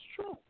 true